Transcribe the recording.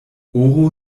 oro